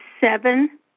seven